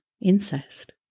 incest